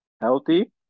Healthy